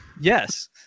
yes